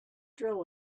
drill